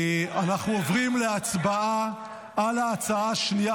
אנחנו עוברים להצבעה על ההצעה השנייה,